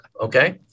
Okay